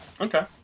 Okay